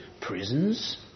prisons